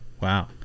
Wow